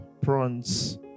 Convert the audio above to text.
prawns